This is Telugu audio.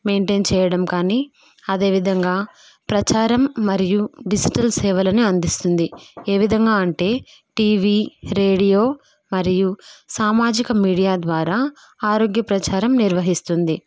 మెయింటైన్ చేయడం కానీ అదేవిధంగా ప్రచారం మరియు డిజిటల్ సేవలను అందిస్తుంది ఏ విధంగా అంటే టీవీ రేడియో మరియు సామాజిక మీడియా ద్వారా ఆరోగ్య ప్రచారం నిర్వహిస్తుంది